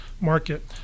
market